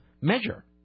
measure